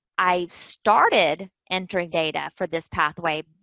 i started entering data for this pathway,